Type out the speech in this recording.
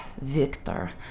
Victor